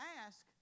ask